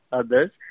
others